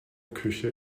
küche